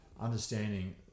understanding